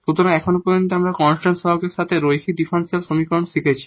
সুতরাং এখন পর্যন্ত আমরা কনস্ট্যান্ট কোইফিসিয়েন্টের সাথে লিনিয়ার ডিফারেনশিয়াল সমীকরণ শিখেছি